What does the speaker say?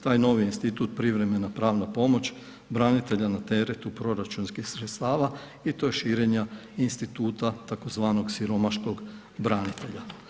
Taj novi institut privremena pravna pomoć branitelja na teretu proračunskih sredstava i to je širenja instituta tzv. siromašnog branitelja.